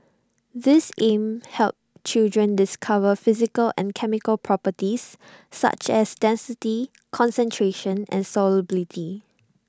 these aim help children discover physical and chemical properties such as density concentration and solubility